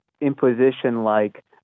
imposition-like